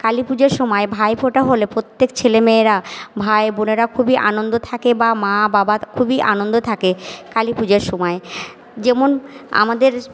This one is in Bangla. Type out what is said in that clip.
কালিপুজোর সময় ভাইফোঁটা হলে প্রত্যেক ছেলেমেয়েরা ভাই বোনেরা খুবই আনন্দ থাকে বা মা বাবা খুবই আনন্দ থাকে কালী পুজোর সময় যেমন আমাদের